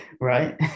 Right